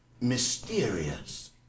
mysterious